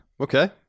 Okay